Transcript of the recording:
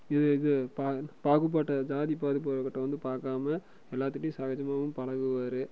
இது இது பாகுபாட்டை ஜாதி பாகுபாடு வந்து பார்க்காம எல்லாத்திகிட்டையும் சகஜமாகவும் வந்து பழகுவார்